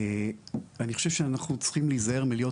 אני חושב שאנחנו צריכים להיזהר מלהיות